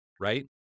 Right